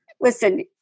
listen